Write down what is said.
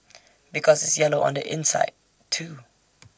because it's yellow on the inside too